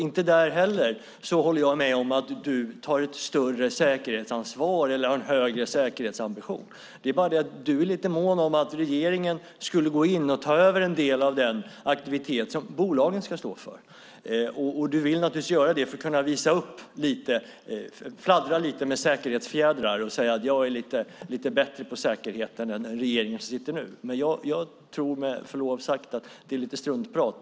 Inte heller där håller jag med om att du tar ett större säkerhetsansvar eller har högre säkerhetsambition. Det är bara det att du är lite mån om att regeringen går in och tar över en del av den aktivitet som bolagen ska stå för. Du vill naturligtvis det för att kunna fladdra lite med säkerhetsfjädrar och säga: Jag är lite bättre på säkerheten än den regering som nu sitter. Med förlov sagt tror jag att det är lite struntprat.